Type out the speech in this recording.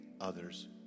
others